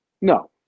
No